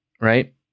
right